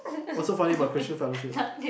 what's so funny about Christian fellowship